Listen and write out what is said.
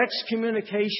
excommunication